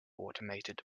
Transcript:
automated